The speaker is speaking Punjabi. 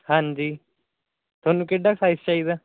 ਹਾਂਜੀ ਤੁਹਾਨੂੰ ਕਿੱਡਾ ਸਾਇਜ ਚਾਹੀਦਾ